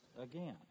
again